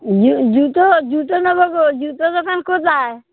জুতো জুতো নেব গো জুতোর দোকান কোথায়